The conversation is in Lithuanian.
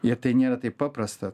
ir tai nėra taip paprasta